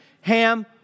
Ham